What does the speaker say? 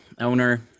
owner